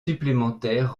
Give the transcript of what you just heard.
supplémentaires